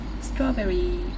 strawberry